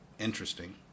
Interesting